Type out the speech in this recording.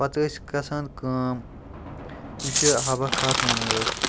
پَتہٕ ٲسۍ گژھان کٲم یُس یہِ حبہ خاتوٗن ٲس